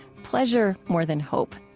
pleasure more than hope.